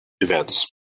events